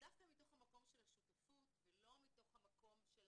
דווקא מתוך המקום של השותפות ולא מתוך המקום של